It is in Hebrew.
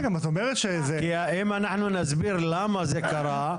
כי אנחנו נסביר למה זה קרה,